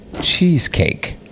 cheesecake